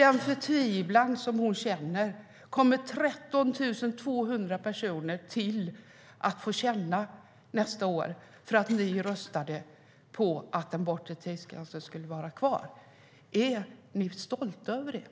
Den förtvivlan som hon känner kommer 13 200 personer till att känna nästa år för att ni röstade för att den bortre tidsgränsen ska vara kvar. Är ni stolta över det?